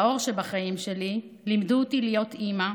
האור שבחיים שלי, לימדו אותי להיות אימא,